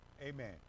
amen